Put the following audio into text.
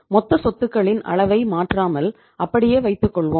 மொத்த சொத்துக்களின் அளவை மாற்றாமல் அப்படியே வைத்துக்கொள்வோம்